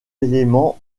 éléments